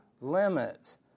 limits